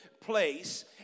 place